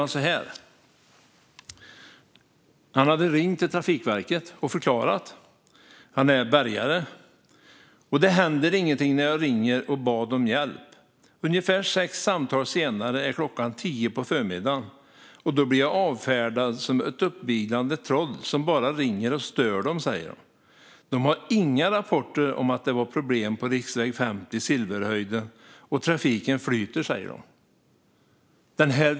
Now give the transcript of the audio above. Han är bärgare och hade ringt till Trafikverket och förklarat läget. Han skrev så här: Det hände ingenting när jag ringde och bad om hjälp. Ungefär sex samtal senare var klockan tio på förmiddagen, och då blev jag avfärdad som ett uppviglande troll som bara ringer och stör dem. De hade inga rapporter om att det var problem på riksväg 50 Silverhöjden. Trafiken flyter, sa de.